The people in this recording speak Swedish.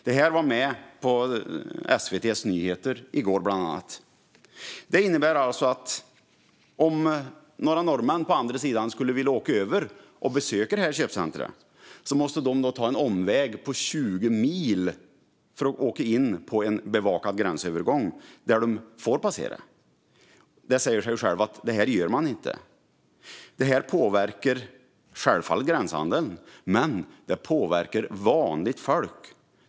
Det var med i SVT:s nyheter i går. Detta innebär att om några norrmän på andra sidan skulle vilja åka över och besöka det här köpcentret måste de ta en omväg på 20 mil för att åka in via en bevakad gränsövergång, där de får passera. Det säger sig självt att det gör man inte. Det här påverkar självfallet gränshandeln, men det påverkar också vanligt folk.